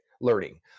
learning